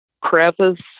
crevice